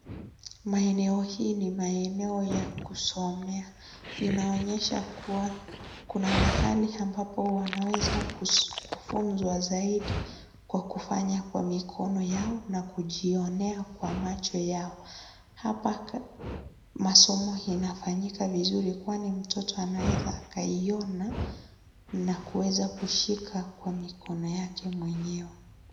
Maeneo hii ni maeneo ya kusomea. Inaonyesha kua, kuna mahali ambapo wanaweza kufunzwa zaidi kwa kufanya kwa mikono yao na kujionea kwa macho yao. Hapa masomo yanafanyika vizuri kwani mtoto anaeza akaiona na kuweza kushika kwa mikono yake mwenyewe.